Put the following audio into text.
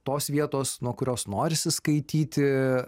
tos vietos nuo kurios norisi skaityti